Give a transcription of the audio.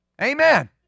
Amen